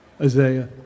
Isaiah